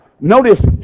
notice